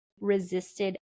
resisted